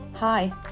Hi